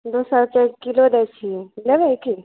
दू सए रुपए किलो दै छियै लेबै की